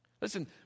Listen